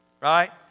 Right